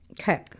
Okay